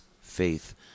faith